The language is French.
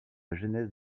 genèse